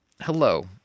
Hello